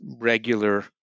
regular